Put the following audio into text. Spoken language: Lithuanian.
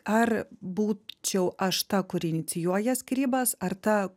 ar būčiau aš ta kuri inicijuoja skyrybas ar ta